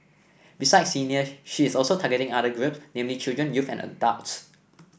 besides seniors she is also targeting other groups namely children youth and adults